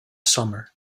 summer